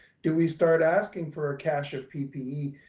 do we start asking for ah cash of ppe?